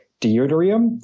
deuterium